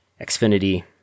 Xfinity